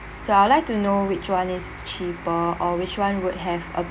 so I would like to know which one is cheaper or which one would have a